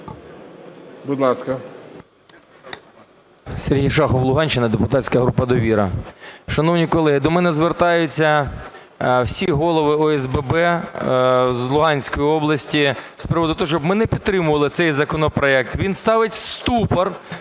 Сергій Шахов, Луганщина, депутатська група "Довіра". Шановні колеги, до мене звертаються всі голови ОСББ з Луганської області з приводу того, щоб ми не підтримували цей законопроект. Він ставить в ступор